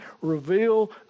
reveal